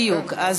כן.